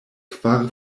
kvar